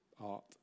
art